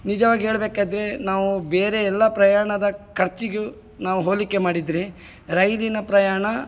ನಿಜವಾಗಿ ಹೇಳಬೇಕಾದ್ರೆ ನಾವು ಬೇರೆ ಎಲ್ಲ ಪ್ರಯಾಣದ ಖರ್ಚಿಗೂ ನಾವು ಹೋಲಿಕೆ ಮಾಡಿದರೆ ರೈಲಿನ ಪ್ರಯಾಣ